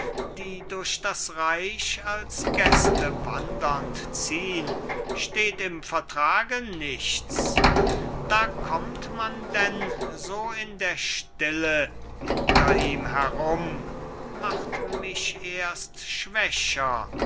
die durch das reich als gäste wandernd ziehn steht im vertrage nichts da kommt man denn so in der stille hinter ihm herum macht mich erst schwächer